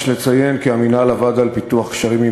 יש לציין כי המינהל עבד על פיתוח קשרים עם